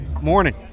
Morning